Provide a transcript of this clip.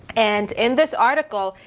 and in this article,